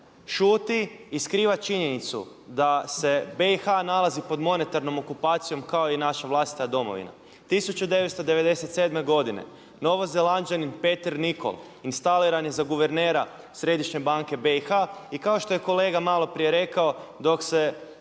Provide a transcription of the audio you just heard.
šuti i skriva činjenicu da se BiH nalazi pod monetarnom okupacijom kao i naša vlastita domovina. 1997. godine Novozelanđanin Peter Nicol instaliran je za guvernera Središnje banke BiH i kao što je kolega maloprije rekao dok se